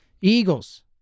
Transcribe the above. Eagles